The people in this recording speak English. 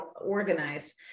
organized